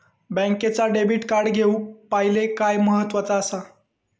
बँकेचा debit card घेउक पाहिले काय महत्वाचा असा?